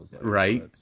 Right